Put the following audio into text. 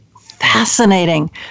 fascinating